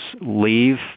leave